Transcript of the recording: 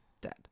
Dead